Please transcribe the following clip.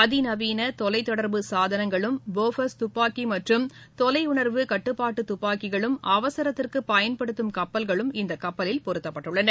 அதிநவீன தொலைத் தொடர்பு சாதனங்களும் போபன்ர்ஸ் துப்பாக்கி மற்றும் தொலை உணர்வு கட்டுப்பாட்டு துப்பாக்கிகளும் அவசரத்திற்கு பயன்படுத்தும் கப்பல்களும் கப்பலில் இந்த பொருத்தப்பட்டுள்ளன